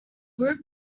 group